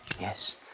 Yes